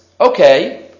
okay